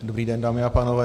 Dobrý den, dámy a pánové.